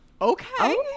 okay